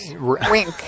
Wink